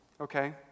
okay